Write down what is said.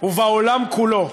ובעולם כולו.